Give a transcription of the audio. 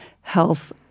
health